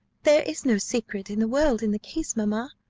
there is no secret in the world in the case, mamma,